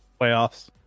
Playoffs